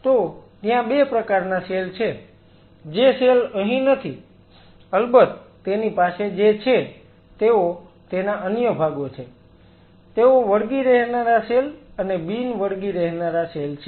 ત્યાં 2 પ્રકારના સેલ છે જે સેલ અહીં નથી અલબત્ત તેની પાસે જે છે તેઓ તેના અન્ય ભાગો છે તેઓ વળગી રહેનારા સેલ અને બિન વળગી રહેનારા સેલ છે